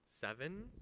seven